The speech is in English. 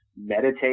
meditate